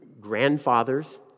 grandfathers